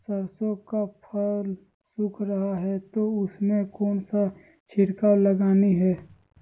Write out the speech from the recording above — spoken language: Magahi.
सरसो का फल सुख रहा है उसमें कौन सा छिड़काव लगानी है?